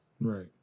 Right